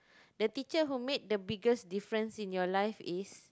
the teacher who made the biggest difference in your life is